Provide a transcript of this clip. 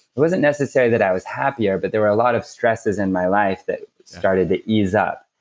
it wasn't necessarily that i was happier, but there were a lot of stresses in my life that started to ease up.